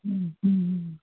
ꯎꯝ ꯎꯝ